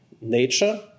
nature